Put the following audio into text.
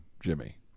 Jimmy